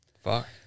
Fuck